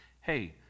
Hey